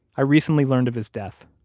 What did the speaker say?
i recently learned of his death.